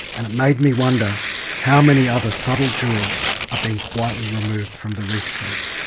and it made me wonder how many other subtle jewels are being quietly removed from the reefscape.